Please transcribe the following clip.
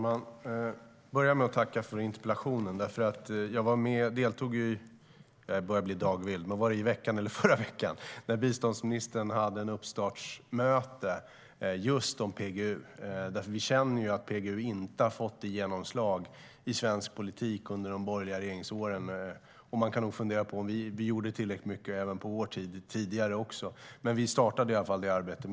Herr talman! Jag tackar Hans Linde för interpellationen. Jag deltog nyligen i biståndsministerns uppstartsmöte om PGU. PGU fick inte önskvärt genomslag i svensk politik under de borgerliga regeringsåren, och vi gjorde nog inte heller tillräckligt mycket under vår tid även om vi startade arbetet.